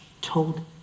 told